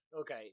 Okay